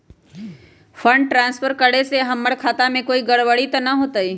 Fund transfer करे से हमर खाता में कोई गड़बड़ी त न होई न?